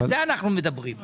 על זה אנו מדברים.